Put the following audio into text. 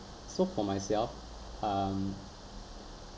so for myself um